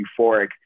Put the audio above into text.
euphoric